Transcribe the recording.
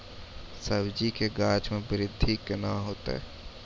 सब्जी के गाछ मे बृद्धि कैना होतै?